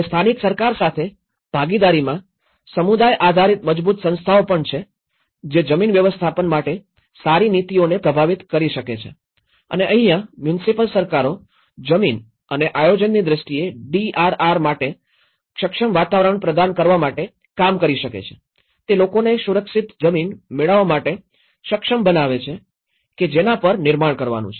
અને સ્થાનિક સરકાર સાથે ભાગીદારીમાં સમુદાય આધારિત મજબૂત સંસ્થાઓ પણ છે જે જમીન વ્યવસ્થાપન માટે સારી નીતિઓને પ્રભાવિત કરી શકે છે અને અહીંયા મ્યુનિસિપલ સરકારો જમીન અને આયોજનની દ્રષ્ટિએ ડીઆરઆર માટે સક્ષમ વાતાવરણ પ્રદાન કરવા માટે કામ કરી શકે છે તે લોકોને સુરક્ષિત જમીન મેળવવા માટે સક્ષમ બનાવે છે કે જેના પર નિર્માણ કરવાનું છે